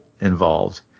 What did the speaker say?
involved